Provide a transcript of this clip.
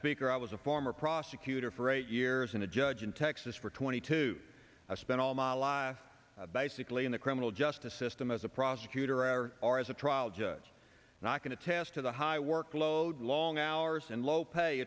speaker i was a former prosecutor for eight years and a judge in texas for twenty two i spent all my life basically in the criminal justice system as a prosecutor or or as a trial judge not going to test to the high workload long hours and low pay